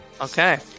Okay